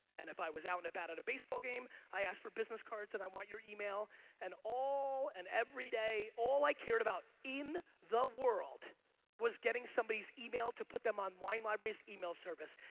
and if i was out about at a baseball game, i asked for business cards and i want your email and all and every day all i cared about in the world was getting somebody's email to put them on wine library's email service.